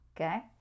Okay